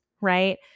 right